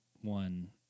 one